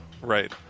right